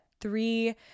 three